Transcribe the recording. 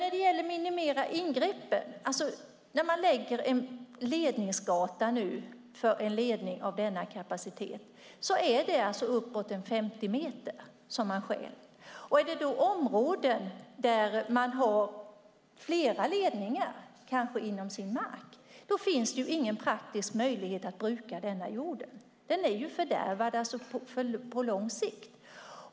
När det gäller att minimera ingreppen vill jag peka på att det när man öppnar en ledningsgata för en ledning av denna kapacitet är uppemot 50 meter som man stjäl. För den som har flera ledningar på sin mark finns det ingen praktisk möjlighet att bruka denna jord. Den är fördärvad på lång sikt.